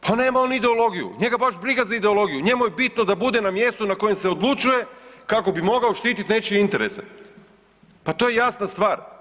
Pa nema on ideologiju, njega baš briga za ideologiju, njemu je bude na mjestu na kojem se odlučuje kako bi mogao štititi nečije interese, pa to je jasna stvar.